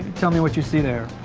tell me what you see there.